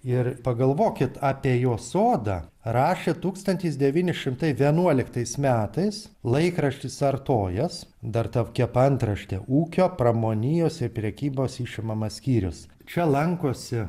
ir pagalvokit apie jo sodą rašė tūkstantis devyni šimtai vienuoliktais metais laikraštis artojas dar tokia paantraštė ūkio pramonijos ir prekybos išimamas skyrius čia lankosi